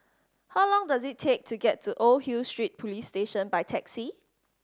how long does it take to get to Old Hill Street Police Station by taxi